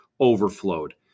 overflowed